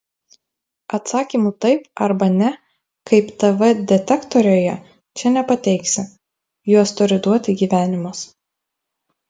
atsakymų taip arba ne kaip tv detektoriuje čia nepateiksi juos turi duoti gyvenimas